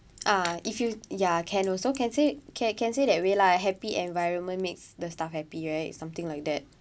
ah if you ya can also can say can can say that way lah happy environment makes the staff happy right something like that